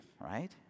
right